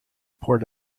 poured